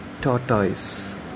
tortoise